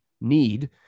need